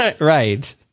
Right